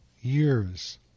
years